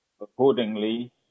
accordingly